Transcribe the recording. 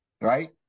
right